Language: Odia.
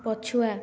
ପଛୁଆ